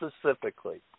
specifically